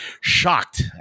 shocked